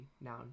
Noun